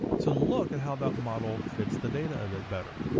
so look at how that model fits the data a bit better.